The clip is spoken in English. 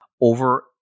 over